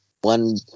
one